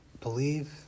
believe